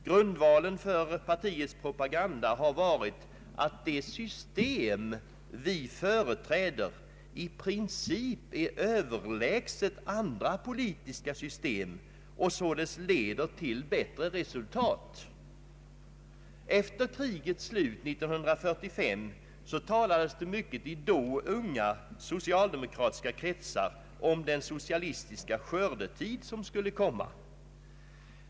Grundvalen för partiets propaganda har varit att det system som partiet företräder i princip är överlägset andra politiska system och att det således leder till bättre resultat. Efter krigets slut 1945 talades det mycket i då unga socialdemokratiska kretsar om den socialistiska skördetid som skulle komma.